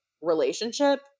relationship